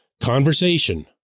conversation